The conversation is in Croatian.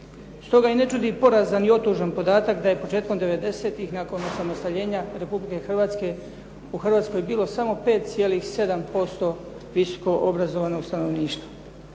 Stoga i ne čudi porazan i otužan podatak da je početkom '90-tih nakon osamostaljenja Republike Hrvatske u Hrvatskoj bilo samo 5.7% visoko obrazovanog stanovništva.